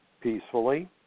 peacefully